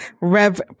Rev